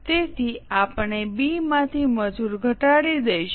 તેથી આપણે બી માંથી મજૂર ઘટાડી દઈશું